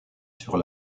sur